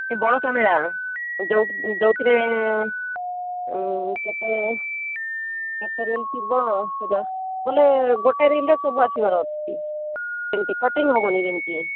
ଟିକେ ବଡ଼ କ୍ୟାମେରା ଯୋଉ ଯୋଉଥିରେ କେତେ କେତେ ରିଲ ଥିବ ସେଇଟା ବୋଲେ ଗୋଟେ ରିଲ ରେ ସବୁ ଆସିବାର ଅଛି ସେମିତି କଟିଙ୍ଗ ହବନି ଯେମିତି